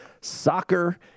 soccer